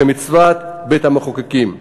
כמצוות בית-המחוקקים.